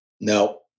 No